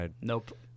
Nope